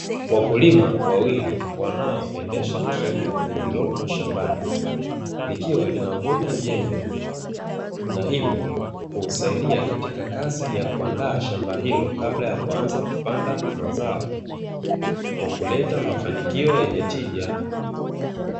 Wakulima wawili wanaondesha trekta lililopo shambani, likiwa linavuta jembe, na hivyo kusahidia katika kazi ya kuandaa shamba hilo kabla ya kuanza kupanda mazao, kwa kuleta mafanikio yenye tija.